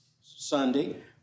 Sunday